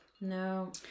No